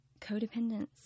Codependence